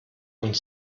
und